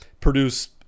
Produce